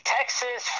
Texas